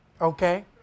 Okay